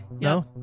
No